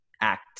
act